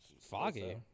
Foggy